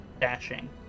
dashing